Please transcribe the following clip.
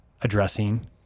addressing